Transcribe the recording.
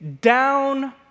down